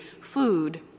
food